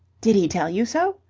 did he tell you so?